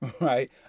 Right